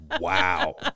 Wow